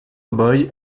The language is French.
boy